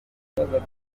nyagahinga